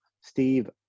Steve